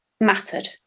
mattered